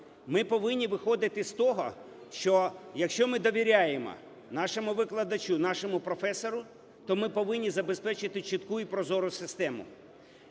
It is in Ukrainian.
Ми повинні виходити з того, що якщо ми довіряємо нашому викладачу, нашому професору, то ми повинні забезпечити чітку і прозору систему.